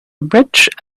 bridge